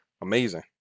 amazing